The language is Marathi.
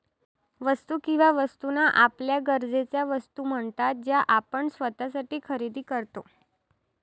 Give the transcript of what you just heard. वस्तू किंवा वस्तूंना आपल्या गरजेच्या वस्तू म्हणतात ज्या आपण स्वतःसाठी खरेदी करतो